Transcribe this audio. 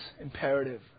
imperative